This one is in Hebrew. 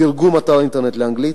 תרגום אתר האינטרנט לאנגלית,